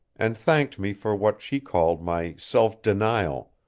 and thanked me for what she called my self-denial,